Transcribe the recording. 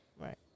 right